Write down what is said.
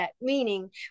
meaning